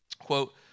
quote